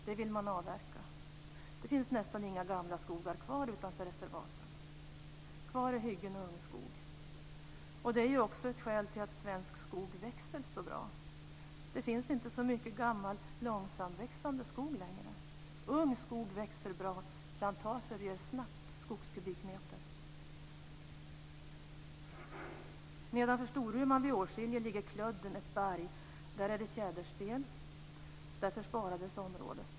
Det vill man avverka. Det finns nästan inga gamla skogar kvar utanför reservaten. Kvar är hyggen och ungskog. Det är också ett skäl till att svensk skog växer så bra: Det finns inte så mycket gammal, långsamväxande skog längre. Ung skog växer bra. Plantager gör snabbt skogskubikmeter. Nedanför Storuman vid Åskilje ligger Klödden, ett berg. Där är det tjäderspel. Därför sparades området.